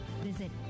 visit